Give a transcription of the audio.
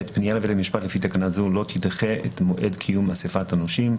פנייה לבית המשפט לפי תקנה זו לא תדחה את מועד קיום אסיפת הנושים,